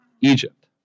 Egypt